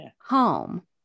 home